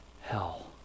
hell